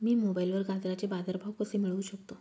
मी मोबाईलवर गाजराचे बाजार भाव कसे मिळवू शकतो?